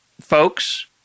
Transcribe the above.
folks